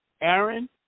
Aaron